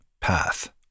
path